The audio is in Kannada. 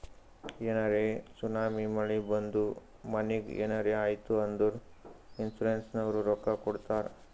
ಏನರೇ ಸುನಾಮಿ, ಮಳಿ ಬಂದು ಮನಿಗ್ ಏನರೇ ಆಯ್ತ್ ಅಂದುರ್ ಇನ್ಸೂರೆನ್ಸನವ್ರು ರೊಕ್ಕಾ ಕೊಡ್ತಾರ್